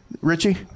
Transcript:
Richie